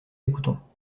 écoutons